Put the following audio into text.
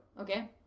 okay